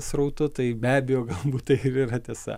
srautu tai be abejo galbūt tai ir yra tiesa